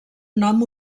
nom